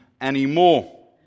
anymore